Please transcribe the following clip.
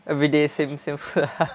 everyday same same